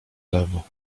lewo